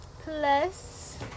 plus